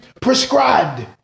prescribed